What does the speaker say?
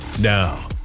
Now